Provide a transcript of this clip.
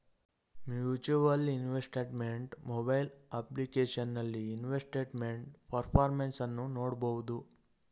mutual investment mobile ಅಪ್ಲಿಕೇಶನಲ್ಲಿ investment performance ಅನ್ನು ನೋಡ್ಬೋದು